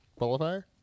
Qualifier